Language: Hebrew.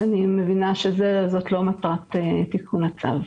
ואני מבינה שלא זאת מטרת תיקון הצו.